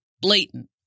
blatant